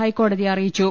ഹൈക്കോടതിയെ അറിയിച്ചു